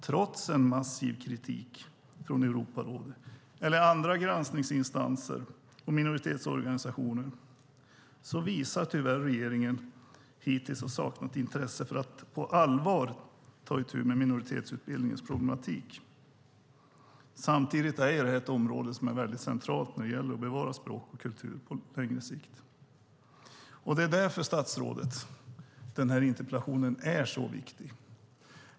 Trots en massiv kritik från Europarådet eller andra granskningsinstanser och minoritetsorganisationer har regeringen tyvärr hittills saknat intresse för att på allvar ta itu med minoritetsutbildningens problematik. Samtidigt är det här ett område som är centralt när det gäller att bevara språk och kultur på längre sikt. Det är därför, statsrådet, som den här interpellationen är så viktig.